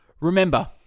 remember